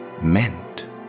meant